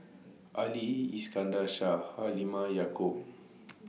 Ali Iskandar Shah Halimah Yacob